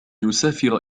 يسافر